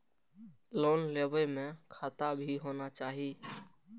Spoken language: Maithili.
लोन लेबे में खाता भी होना चाहि?